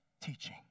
teaching